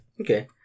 Okay